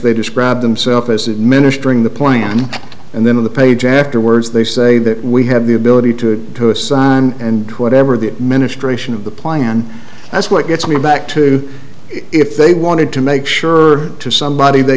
they described themselves as administering the plan and then of the page afterwords they say that we have the ability to assign and whatever the administration of the plan that's what gets me back to if they wanted to make sure to somebody they